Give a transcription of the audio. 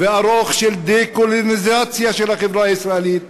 וארוך של דה-קולוניזציה של החברה הישראלית,